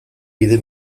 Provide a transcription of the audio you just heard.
bide